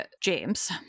James